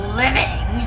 living